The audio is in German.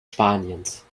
spaniens